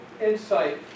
insight